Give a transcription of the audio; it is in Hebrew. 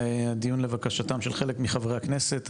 הדיון לבקשתם של חלק מחברי הכנסת,